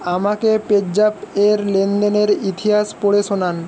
আমাকে পেজ্যাপ এর লেনদেনের ইতিহাস পড়ে শোনান